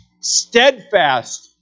steadfast